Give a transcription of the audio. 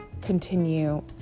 continue